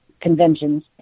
conventions